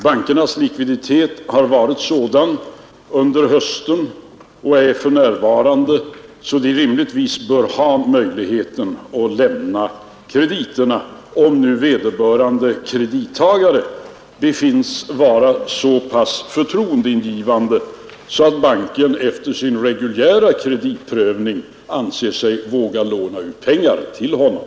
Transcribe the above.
Bankernas likviditet har nämligen under hösten varit sådan — och är alltjämt sådan — att de rimligtvis bör ha haft och har möjligheter att lämna krediter, om vederbörande kreditmottagare bedöms så pass förtroendeingivande att banken efter sin reguljära Nr 129 KTEMLUDIÖVHInR anser sig kunna våga låna ut pengar till honom.